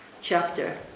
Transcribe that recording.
chapter